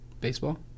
baseball